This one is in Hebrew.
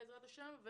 בעזרת השם.